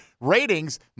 ratings